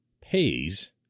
pays